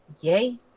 Yay